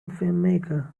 filmmaker